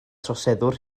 troseddwr